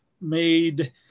made